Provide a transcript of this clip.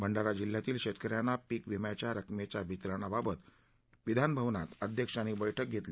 भंडारा जिल्ह्यातील शेतक यांना पीक विम्याच्या रकमेच्या वितरणाबाबत विधानभवनात अध्यक्षांनी बैठक घेतली